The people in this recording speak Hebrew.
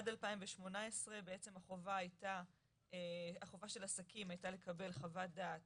עד 2018 בעצם חובת העסקים הייתה לקבל חוות דעת